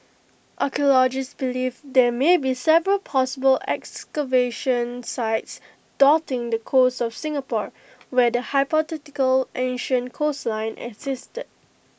archaeologists believe there may be several possible excavation sites dotting the coast of Singapore where the hypothetical ancient coastline existed